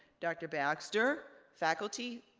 dr. baxter, faculty,